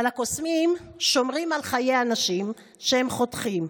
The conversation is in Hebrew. אבל הקוסמים שומרים על חיי האנשים שהם חותכים,